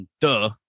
Duh